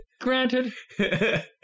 granted